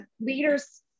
leader's